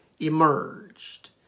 emerged